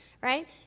right